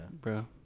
bro